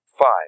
five